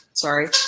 Sorry